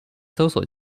搜索